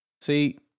See